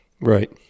Right